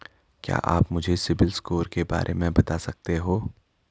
क्या आप मुझे सिबिल स्कोर के बारे में बता सकते हैं?